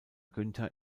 günther